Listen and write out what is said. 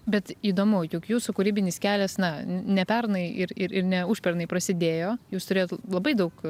bet įdomu juk jūsų kūrybinis kelias na ne pernai ir ir ir ne užpernai prasidėjo jūs turėjot labai daug